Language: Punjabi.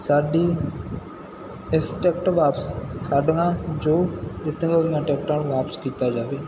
ਸਾਡੀ ਇਸ ਟਿਕਟ ਵਾਪਸ ਸਾਡੀਆਂ ਜੋ ਦਿੱਤੀਆਂ ਹੋਈਆਂ ਟਿਕਟਾਂ ਨੂੰ ਵਾਪਸ ਕੀਤਾ ਜਾਵੇ